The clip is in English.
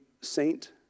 saint